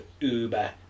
Uber